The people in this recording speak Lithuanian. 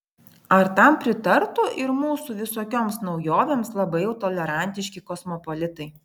ar tam pritartų ir mūsų visokioms naujovėms labai jau tolerantiški kosmopolitai